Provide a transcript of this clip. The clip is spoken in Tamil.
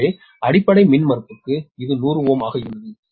எனவே அடிப்படை மின்மறுப்புக்கு இது 100Ω ஆக இருந்தது